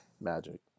Magic